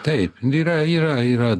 taip yra yra yra